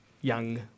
young